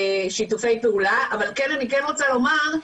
שיתופי פעולה אבל כן אני כן רוצה לומר,